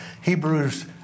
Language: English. Hebrews